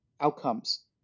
outcomes